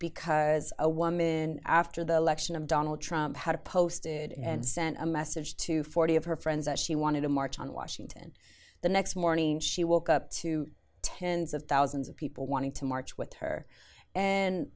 because a woman after the election of donald trump had a posted and sent a message to forty of her friends and she wanted to march on washington the next morning she woke up to tens of thousands of people wanting to march with her and